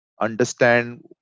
understand